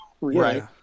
right